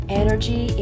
energy